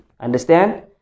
understand